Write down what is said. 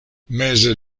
meze